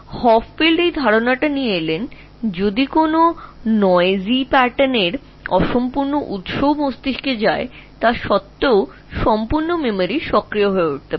Hopfield এই ধারণাটি এনেছিলেন যে এমনকি যদি মস্তিষ্কে কোনও শোরগোল বা অসম্পূর্ণ উৎসর প্যাটার্ন সংরক্ষিত থাকে তাহলেও পুরো স্মৃতি সক্রিয় করা যেতে পারে